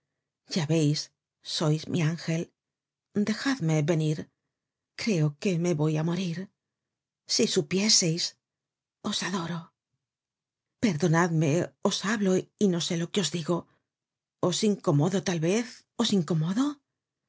veis sois mi ángel dejadme vepjr creo que me voy á morir si supiésejs os adoro perdonadme os hablo y no sé lo que os digo os incomodo tal vez os incomodo